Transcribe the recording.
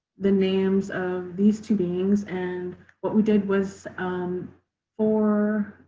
the names of these two beings and what we did was for